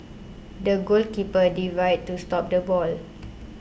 the goalkeeper dived to stop the ball